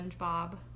Spongebob